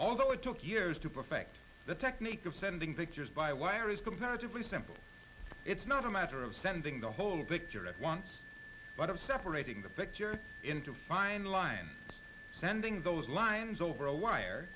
although it took years to perfect the technique of sending pictures by wire is comparatively simple it's not a matter of sending the whole picture at once but of separating the picture into a fine line sending those lines over a wire